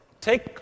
take